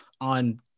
on